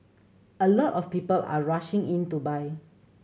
a lot of people are rushing in to buy